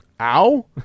ow